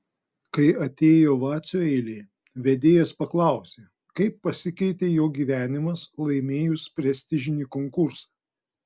kai atėjo vacio eilė vedėjas paklausė kaip pasikeitė jo gyvenimas laimėjus prestižinį konkursą